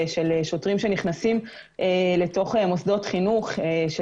של שוטרים שנכנסים לתוך מוסדות חינוך של